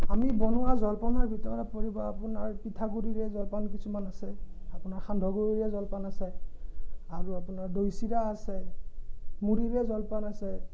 আমি বনোৱা জলপানৰ ভিতৰত পৰিব আপোনাৰ পিঠাগুৰিৰে জলপান কিছুমান আছে আপোনাৰ সান্দহগুৰিৰে জলপান আছে আৰু আপোনাৰ দৈ চিৰা আছে মুড়িৰে জলপান আছে